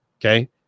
Okay